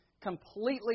completely